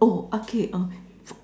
oh okay uh